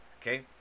Okay